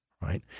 right